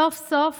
סוף-סוף